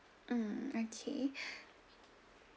um okay